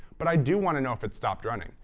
but i do want to know if it's stopped running.